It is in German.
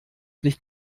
nicht